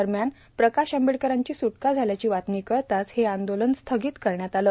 दरम्यान प्रकाश आंबेडकरांची सुटका झाल्याची बातमी कळताच हे आंदोलन स्थगित करण्यात आले